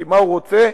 כי מה הוא רוצה?